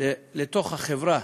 לתוך החברה